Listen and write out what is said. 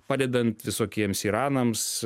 padedant visokiems iranams